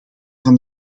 van